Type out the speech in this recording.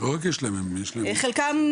חלקם,